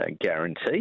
Guarantee